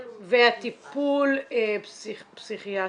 וטיפול פסיכיאטרי?